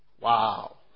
Wow